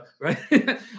right